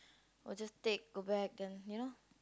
or just take go back then you know